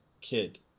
kid